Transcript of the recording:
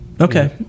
Okay